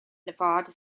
nevada